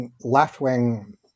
left-wing